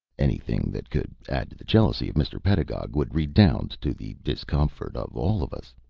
anything that could add to the jealousy of mr. pedagog would redound to the discomfort of all of us.